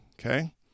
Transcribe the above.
Okay